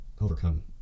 overcome